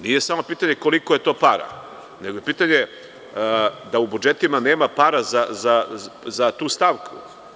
Nije samo pitanje koliko je to para, nego je pitanje da u budžetima nema para za tu stavku.